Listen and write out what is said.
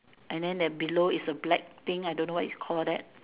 and then that below is a black thing I don't know what it's called that